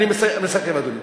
אני מסכם, אדוני.